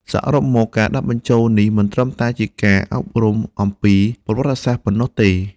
សរុបមក ការដាក់បញ្ចូលនេះមិនត្រឹមតែជាការអប់រំអំពីប្រវត្តិសាស្ត្រប៉ុណ្ណោះទេ។